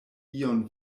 ion